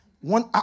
one